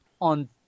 on